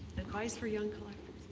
advice for young collectors.